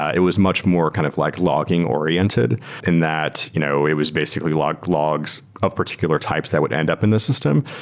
it was much more kind of like logging oriented and that you know it was basically logs logs of particular types that would end up in the system,